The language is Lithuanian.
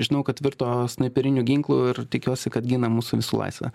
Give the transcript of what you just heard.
žinau kad virto snaiperiniu ginklu ir tikiuosi kad gina mūsų visų laisvę